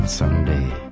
someday